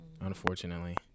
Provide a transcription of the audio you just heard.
unfortunately